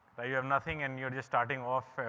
but you have nothing and you're just starting off.